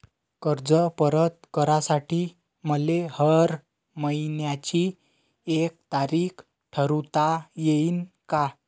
कर्ज परत करासाठी मले हर मइन्याची एक तारीख ठरुता येईन का?